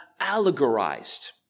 allegorized